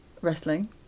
wrestling